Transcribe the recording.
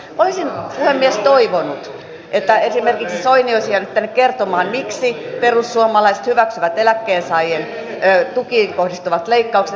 olisin puhemies toivonut että esimerkiksi soini olisi jäänyt tänne kertomaan miksi perussuomalaiset hyväksyvät eläkkeensaajien tukiin kohdistuvat leikkaukset